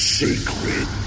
sacred